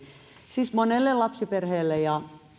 siis varsinkin monelle lapsiperheelle ja